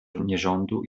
nierządu